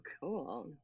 cool